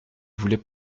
voulait